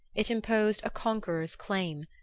it imposed a conqueror's claims.